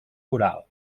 oral